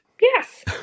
Yes